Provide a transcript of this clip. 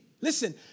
Listen